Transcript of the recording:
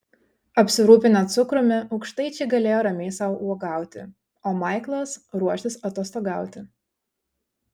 apsirūpinę cukrumi aukštaičiai galėjo ramiai sau uogauti o maiklas ruoštis atostogauti